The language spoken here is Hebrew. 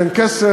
ואין כסף,